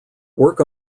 work